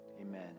Amen